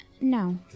No